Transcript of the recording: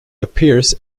appears